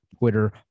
Twitter